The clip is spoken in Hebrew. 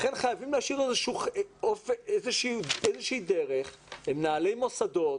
לכן חייבים להשאיר איזושהי דרך למנהלי מוסדות,